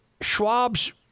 Schwab's